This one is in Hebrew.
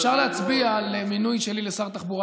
אפשר להצביע על מינוי שלי לשר תחבורה